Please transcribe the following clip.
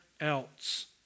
else